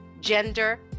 gender